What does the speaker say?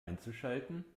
einzuschalten